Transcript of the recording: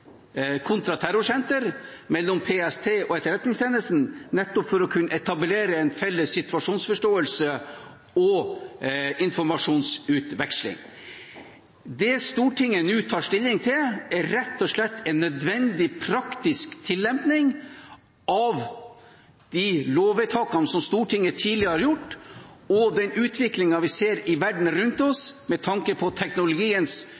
kontraterrorsenter mellom PST og Etterretningstjenesten, nettopp for å kunne etablere en felles situasjonsforståelse og informasjonsutveksling. Det Stortinget nå tar stilling til, er rett og slett en nødvendig praktisk tillempning av de lovvedtakene som Stortinget tidligere har gjort, til den utviklingen vi ser i verden rundt oss med tanke på teknologiens